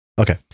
Okay